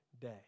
day